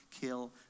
kill